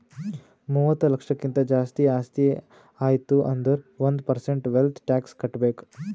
ಮೂವತ್ತ ಲಕ್ಷಕ್ಕಿಂತ್ ಜಾಸ್ತಿ ಆಸ್ತಿ ಆಯ್ತು ಅಂದುರ್ ಒಂದ್ ಪರ್ಸೆಂಟ್ ವೆಲ್ತ್ ಟ್ಯಾಕ್ಸ್ ಕಟ್ಬೇಕ್